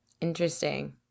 Interesting